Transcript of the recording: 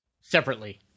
separately